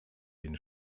den